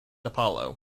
apollo